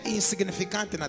insignificant